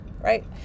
right